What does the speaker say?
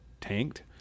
tanked